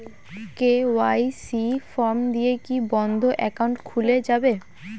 KYC form দিয়ে কি বন্ধ একাউন্ট খুলে যাবে?